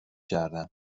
کردن